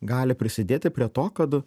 gali prisidėti prie to kad